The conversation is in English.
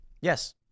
Yes